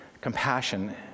compassion